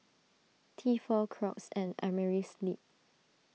Tefal Crocs and Amerisleep